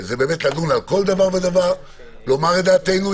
רוצה לדון על כל דבר, לומר את דעתנו.